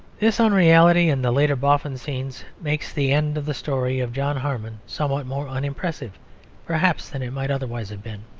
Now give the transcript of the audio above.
this unreality in the later boffin scenes makes the end of the story of john harmon somewhat more unimpressive perhaps than it might otherwise have been.